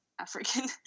African